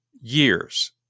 years